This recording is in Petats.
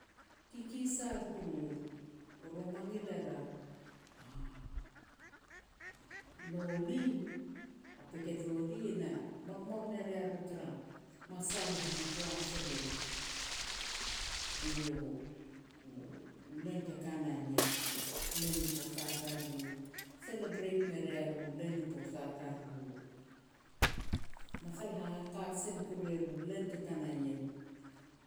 kikisal kurur, ru mangil er a loli, a packet loli na molmol ne ria ru tara masal han a classroom. Eiau u-u len te ka na ien, len ni posa tariru, celebrate mea ria ru len ni posa tariru. Masal hahakajen kuru er u len te ka na ien.